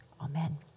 Amen